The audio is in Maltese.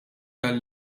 dan